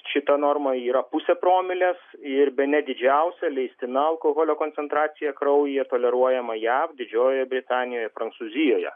šita norma yra pusė promilės ir bene didžiausia leistina alkoholio koncentracija kraujyje toleruojama jav didžiojoje britanijoje prancūzijoje